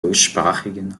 deutschsprachigen